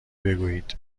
بگویید